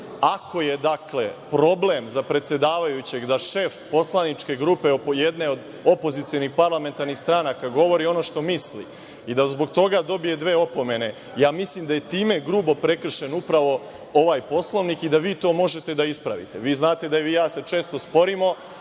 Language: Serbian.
je problem za predsedavajućeg da šef poslaničke grupe, jedne od opozicionih parlamentarnih stranaka govori ono što misli i da zbog toga dobije dve opomene, mislim da je i time grubo prekršen upravo ovaj Poslovnik i da vi to možete da ispravite. Vi znate da se vi i ja često sporimo,